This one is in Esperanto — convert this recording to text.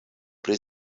pri